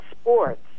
sports